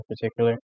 particular